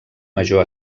major